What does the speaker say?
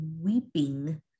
weeping